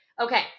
Okay